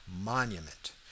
monument